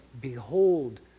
behold